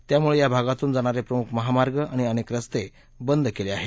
त्यामुळे या भागातून जाणारे प्रमुख महामार्ग आणि अनेक रस्ते बंद केले आहेत